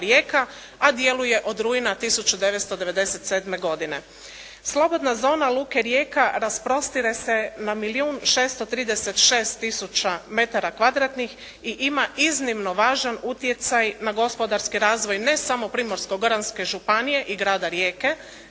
a djeluje od rujna 1997. godine. Slobodna zona luke Rijeka rasprostire se na milijun 636 000 metara kvadratnih i ima iznimno važan utjecaj na gospodarski razvoj ne samo Primorsko-goranske županije i grada Rijeke